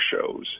shows